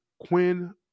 Quinn